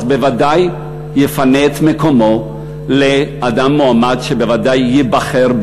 בוודאי יפנה את מקומו למועמד שייבחר.